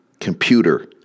computer